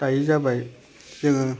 दायो जाबाय जोङो